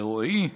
לרועי,